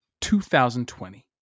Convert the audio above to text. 2020